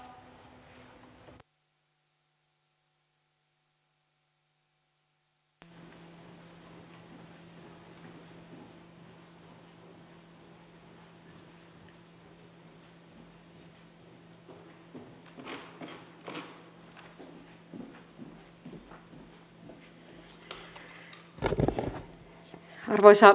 arvoisa puhemies